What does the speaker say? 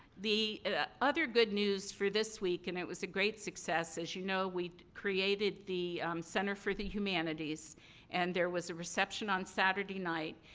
the other good news for this week, and it was a great success. as you know, we created the center for the humanities and there was a reception on saturday night.